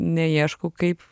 neieškau kaip